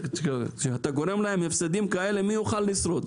כשאתה גורם להם להפסדים כאלה, מי יוכל לשרוד?